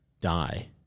die